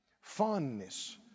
Fondness